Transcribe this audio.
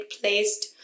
placed